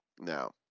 Now